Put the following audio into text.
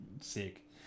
sick